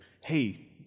Hey